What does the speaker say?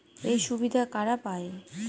এই সুবিধা কারা পায়?